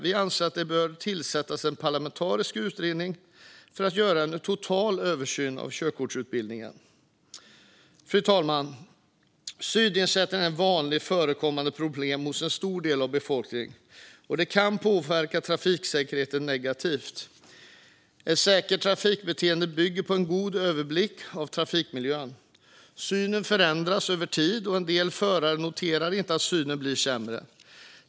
Vi anser att det bör tillsättas en parlamentarisk utredning för att göra en total översyn av körkortsutbildningen. Fru talman! Synnedsättning är ett vanligt förekommande problem hos en stor del av befolkningen. Det kan påverka trafiksäkerheten negativt. Ett säkert trafikbeteende bygger på en god överblick över trafikmiljön. Synen förändras över tid, och en del förare noterar inte att synen blir sämre.